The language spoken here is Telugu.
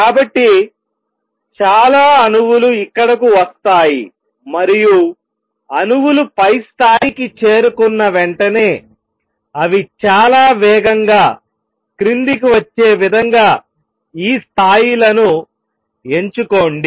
కాబట్టి చాలా అణువులు ఇక్కడకు వస్తాయి మరియు అణువులు పై స్థాయికి చేరుకున్న వెంటనే అవి చాలా వేగంగా క్రిందికి వచ్చే విధంగా ఈ స్థాయిలను ఎంచుకోండి